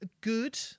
good